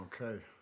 Okay